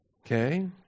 Okay